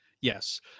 Yes